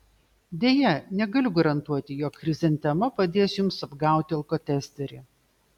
deja negaliu garantuoti jog chrizantema padės jums apgauti alkotesterį